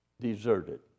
deserted